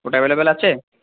ওটা অ্যাভেলেবেল আছে